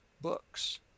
books